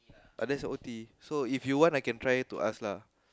uh that's O_T so if you want I can try to ask lah